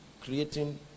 creating